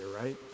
right